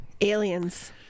Aliens